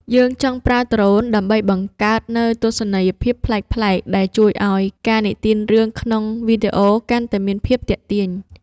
យើងចង់ប្រើដ្រូនដើម្បីបង្កើតនូវទស្សនីយភាពប្លែកៗដែលជួយឱ្យការនិទានរឿងក្នុងវីដេអូកាន់តែមានភាពទាក់ទាញ។